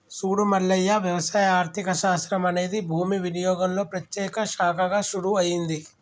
సూడు మల్లయ్య వ్యవసాయ ఆర్థిక శాస్త్రం అనేది భూమి వినియోగంలో ప్రత్యేక శాఖగా షురూ అయింది